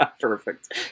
Perfect